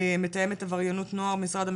מתאמת למניעת עבריינות נוער במשרד המשפטים,